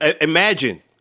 Imagine